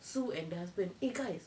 sue and the husband !hey! guys